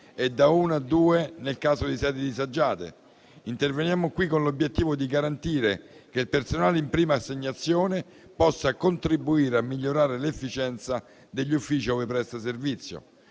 e da uno a due nel caso di sedi disagiate. Interveniamo con l'obiettivo di garantire che il personale in prima assegnazione possa contribuire a migliorare l'efficienza degli uffici ove presta servizio.